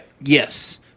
yes